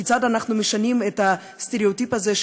כיצד אנחנו משנים את הסטראוטיפ הזה,